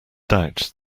doubt